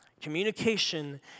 Communication